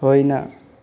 होइन